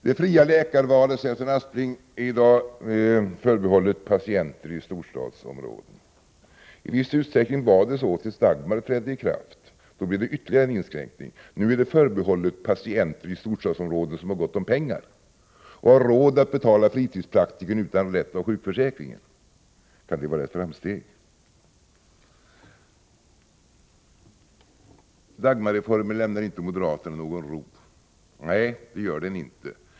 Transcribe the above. Det fria läkarvalet är i dag, säger Sven Aspling, förbehållet patienter i storstadsområden. I viss utsträckning var det så tills Dagmar trädde i kraft — då blev det ytterligare en inskränkning. Nu är det fria läkarvalet förbehållet patienter i storstadsområden som har gott om pengar och har råd att betala fritidspraktikern utan stöd av sjukförsäkringen. Kan det vara ett framsteg? Dagmarreformen lämnar inte moderaterna någon ro, säger Sven Aspling. Nej, det gör den inte.